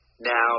Now